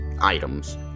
items